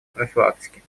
профилактике